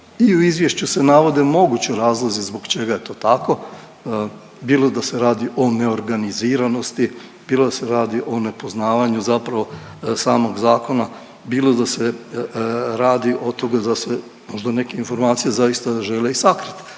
i u izvješću se navode mogući razlozi zbog čega je to tako, bilo da se radi o neorganiziranosti, bilo da se radi o nepoznavanju zapravo samog zakona, bilo da se radi od toga da se, možda neke informacije zaista žele i sakriti,